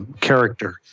character